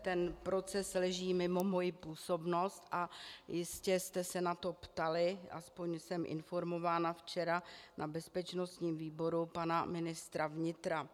Ten proces leží mimo moji působnost a jistě jste se na to ptali, aspoň jsem informována, včera na bezpečnostním výboru pana ministra vnitra.